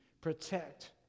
protect